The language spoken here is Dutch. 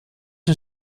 een